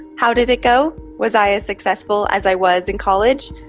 how did it go? was i as successful as i was in college?